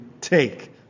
take